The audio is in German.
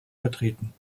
vertreten